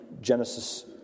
Genesis